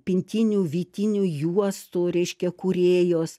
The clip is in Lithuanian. pintinių vytinių juostų reiškia kūrėjos